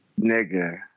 Nigga